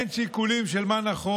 אין שיקולים של מה נכון,